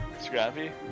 Scrappy